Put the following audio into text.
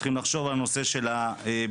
צריכים לחשוב על נושא של הבנייה,